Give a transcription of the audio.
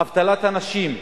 אבטלת הנשים,